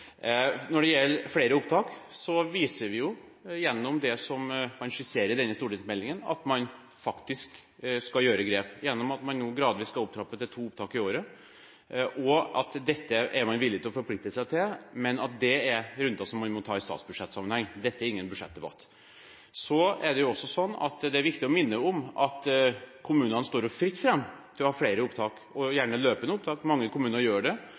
Når det gjelder flere opptak, viser vi gjennom det som skisseres i denne stortingsmeldingen, at man faktisk skal ta grep gjennom at man nå gradvis skal trappe opp til to opptak i året. Dette er man villig til å forplikte seg til, men det er runder man må ta i sammenheng med statsbudsjettet. Dette er ingen budsjettdebatt. Det er viktig å minne om at kommunene står fritt til å ha flere, og gjerne løpende, opptak. Mange kommuner har det. Det er også sånn at mange private barnehager i dag tar opp barn som egentlig ikke har rett til barnehageplass. Det